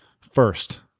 first